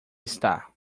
está